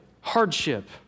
hardship